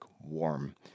warm